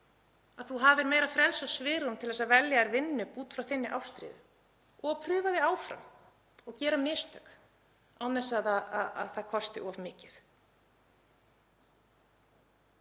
er, þú hafir meira frelsi og svigrúm til að velja þér vinnu út frá þinni ástríðu og prófa þig áfram og gera mistök án þess að það kosti of mikið.